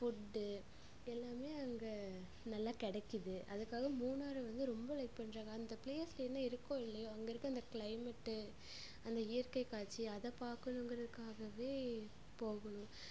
food எல்லாமே அங்கே நல்லா கிடைக்கிது அதுக்காக மூணாரை வந்து ரொம்ப லைக் பண்ணுறாங்க அந்த பிளேஸ்ல என்ன இருக்கோ இல்லையோ அங்கே இருக்க அந்த கிளைமெட் அந்த இயற்கை காட்சி அதை பார்க்கணும்ங்குறதுக்காகவே போகணும்